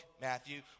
Matthew